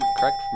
correct